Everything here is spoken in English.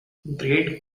great